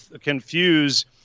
confuse